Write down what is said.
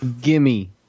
Gimme